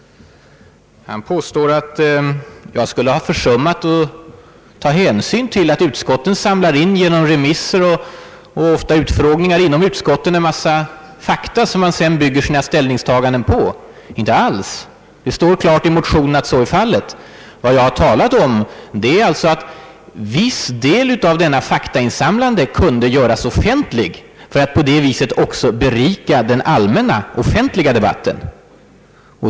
Herr Pettersson påstår t.ex. att jag skulle ha försummat att ta hänsyn till att utskotten genom remisser, och ofta även genom utfrågningar inom utskotten, samlar in en mångfald fakta som man sedan bygger sina ställningstaganden på. Det har jag inte alls gjort. Det står klart i motionen att så är fallet. Vad jag har sagt är att viss del av detta faktainsamlande kunde göras offentlig för att på det sättet också berika den allmänna debatten.